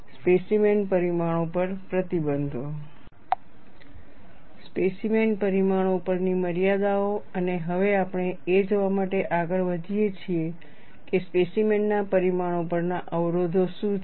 specimen પરિમાણો પર પ્રતિબંધો સ્પેસીમેન પરિમાણો પરની મર્યાદાઓ અને હવે આપણે એ જોવા માટે આગળ વધીએ છીએ કે સ્પેસીમેનના પરિમાણો પરના અવરોધો શું છે